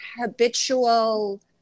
habitual